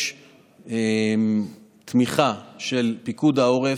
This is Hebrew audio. יש תמיכה של פיקוד העורף,